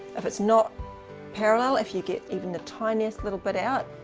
if it's nor parallel, if you get even the tiniest little bit out,